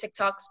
TikToks